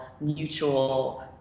mutual